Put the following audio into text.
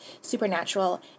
supernatural